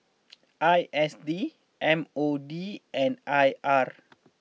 I S D M O D and I R